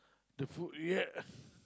the food yet